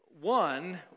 one